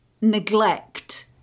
neglect